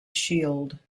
shield